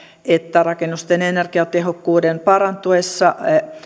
että rakennusten energiatehokkuuden parantuessa